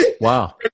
Wow